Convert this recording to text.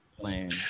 playing